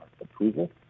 approval